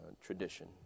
tradition